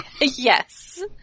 Yes